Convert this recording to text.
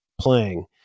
playing